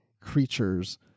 creatures